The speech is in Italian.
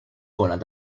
con